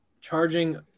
charging